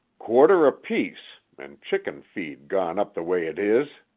quarter apiece, an' chicken-feed gone up the way't is.